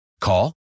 Call